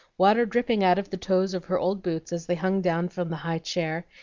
water dripping out of the toes of her old boots as they hung down from the high chair,